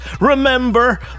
Remember